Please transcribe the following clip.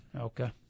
Okay